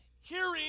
hearing